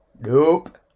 Nope